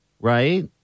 right